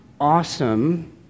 awesome